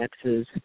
X's